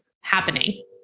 happening